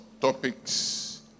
topics